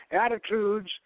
attitudes